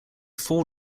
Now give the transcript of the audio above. four